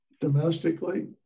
domestically